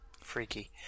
freaky